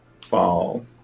fall